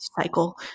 cycle